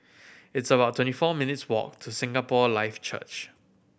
it's about twenty four minutes' walk to Singapore Life Church